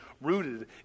rooted